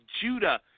Judah